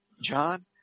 John